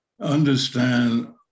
Understand